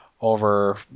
over